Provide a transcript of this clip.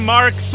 Mark